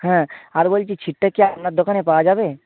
হ্যাঁ আর বলছি ছিটটা কি আপনার দোকানে পাওয়া যাবে